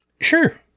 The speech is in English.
Sure